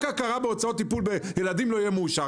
רק הכרה בהוצאות טיפול בילדים לא תהיה מאושרת.